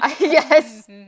Yes